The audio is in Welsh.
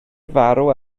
farw